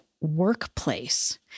workplace